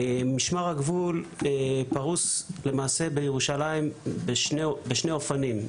משמר הגבול פרוס למעשה בירושלים בשני אופנים.